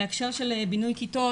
בהקשר של בינוי כיתות,